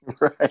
right